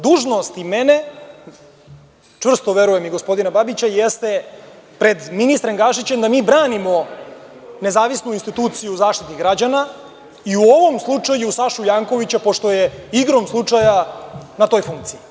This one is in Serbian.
Dužnost i mene, čvrsto verujem i gospodina Babića, jeste pred ministrem Gašićem da mi branimo nezavisnu instituciju Zaštitnik građana i u ovom slučaju Sašu Jankovića, pošto je igrom slučaja na toj funkciji.